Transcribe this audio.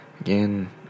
again